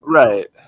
right